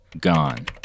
Gone